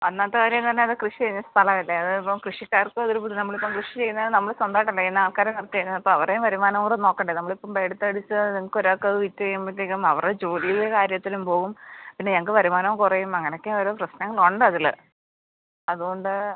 ഒന്നാമത്തെ കാര്യം തന്നെ അത് കൃഷി സ്ഥലവല്ലേ അതിപ്പം കൃഷിക്കാർക്കതൊര് ബുദ്ധി നമ്മളിപ്പം കൃഷി ചെയ്യുന്നത് നമ്മള് സ്വന്തവായിട്ടല്ലേ ചെയ്യുന്ന ആൾക്കാരെ നിർത്തിയത് അപ്പോൾ അവരെ വരുമാനോടെ നോക്കണ്ടേ നമ്മളിപ്പം എടുത്തടിച്ച് നിങ്ങക്കൊരാക്കത് വിറ്റ് കഴിയുമ്പത്തേക്കും അവരുടെ ജോലിയുടെ കാര്യത്തിലും പോവും പിന്നെ ഞങ്ങൾക്ക് വരുമാനം കുറയും അങ്ങനൊക്കെ ഓരോ പ്രശ്നങ്ങളൊണ്ടതില് അതുകൊണ്ട്